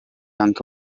anche